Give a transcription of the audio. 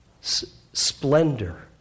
splendor